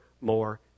more